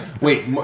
Wait